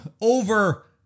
over